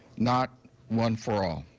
not one for all.